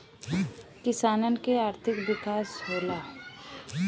किसानन के आर्थिक विकास होला